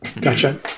Gotcha